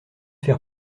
faire